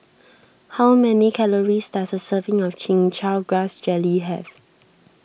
how many calories does a serving of Chin Chow Grass Jelly have